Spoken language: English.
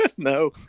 No